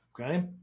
Okay